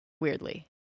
weirdly